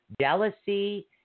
jealousy